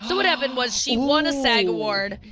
so what happened was, she won a sag award,